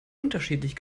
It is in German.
unterschiedlich